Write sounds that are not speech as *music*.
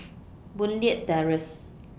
*noise* Boon Leat Terrace